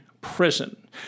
prison